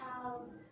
child